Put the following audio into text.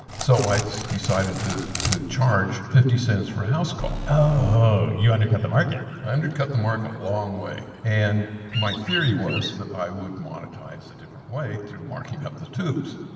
so i so decided to to charge fifty cents for a house call. oh, you undercut the market. i undercut the market a long way. and my theory was that i would monetize a different way through marking up the tubes.